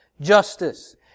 justice